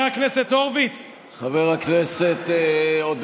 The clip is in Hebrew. חבר הכנסת הורוביץ,